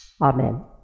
Amen